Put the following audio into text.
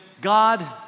God